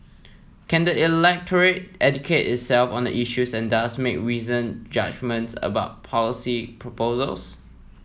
can the electorate educate itself on the issues and thus make reasoned judgements about policy proposals